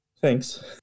Thanks